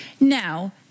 Now